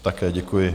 Také děkuji.